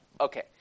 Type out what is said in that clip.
Okay